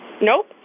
Nope